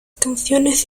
canciones